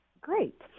Great